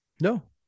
No